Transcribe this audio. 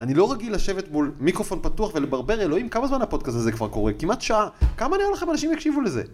אני לא רגיל לשבת מול מיקרופון פתוח ולברבר אלוהים כמה זמן הפודקאסט הזה כבר קורה? כמעט שעה? כמה נראה לכם אנשים יקשיבו לזה?